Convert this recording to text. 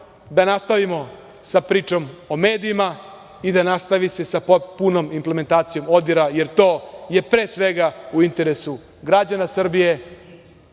da nastavimo sa pričom o medijima i da se nastavi sa punom implementacijom ODIHR-a, jer to je pre svega u interesu građana Srbije,